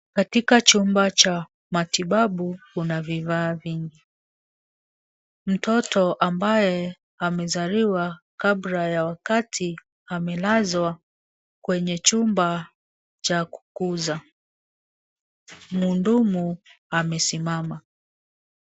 Katika chumba cha matibabu, kuna vifaa vingi. Mtoto ambaye amezaliwa kabla ya wakati amelazwa kwenye chumba cha kukuza. Mhudumu amesimama.